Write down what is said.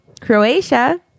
Croatia